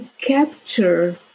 capture